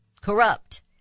corrupt